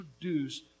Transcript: produce